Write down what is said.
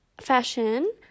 fashion